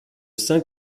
saint